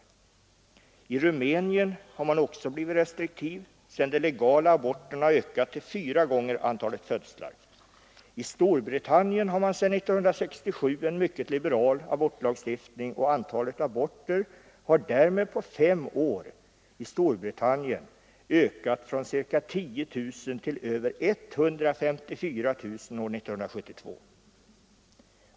Också i Rumänien har man blivit restriktiv, sedan de legala aborterna ökat till fyra gånger antalet födslar. Storbritannien har sedan 1967 en mycket liberal abortlagstiftning, och antalet aborter har därmed på fem år ökat från ca 10 000 per år till över 150 000 år 1972.